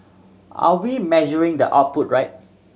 are we measuring the output right